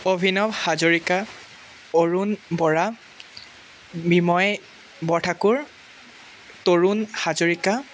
Abhinav Hazarika Arun Bora Binoy Borthakur Tarun Hazarika